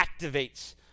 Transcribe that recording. activates